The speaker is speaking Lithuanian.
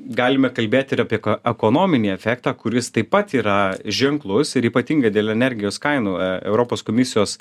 galime kalbėti ir apie ekonominį efektą kuris taip pat yra ženklus ir ypatingai dėl energijos kainų europos komisijos